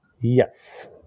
Yes